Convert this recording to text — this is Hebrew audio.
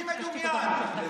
מי מדומיין?